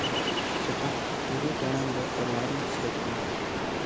ᱥᱮᱛᱟᱜ ᱛᱩᱨᱩᱭ ᱴᱟᱲᱟᱝ ᱨᱮ ᱮᱞᱟᱨᱢ ᱥᱮᱴ ᱢᱮ